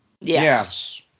Yes